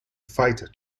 fighter